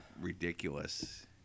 ridiculous